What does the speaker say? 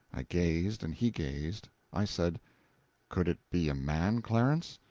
i gazed and he gazed. i said could it be a man, clarence?